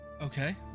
Okay